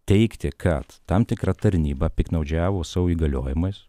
teigti kad tam tikra tarnyba piktnaudžiavo savo įgaliojimais